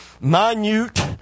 minute